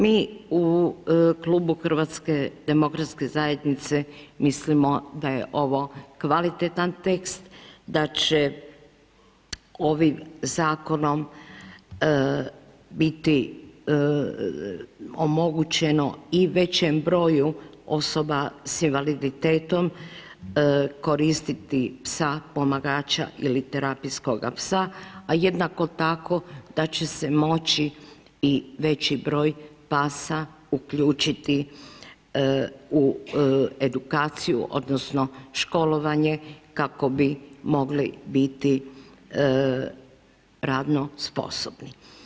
Mi u Klubu HDZ-a mislimo da je ovo kvalitetan tekst, da će ovim zakonom biti omogućeno i većem broju osoba s invaliditetom koristiti psa pomagača ili terapijskoga psa, a jednako tako da će se moći i veći broj pasa uključiti u edukaciju odnosno školovanje kako bi mogli biti radno sposobni.